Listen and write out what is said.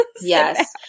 Yes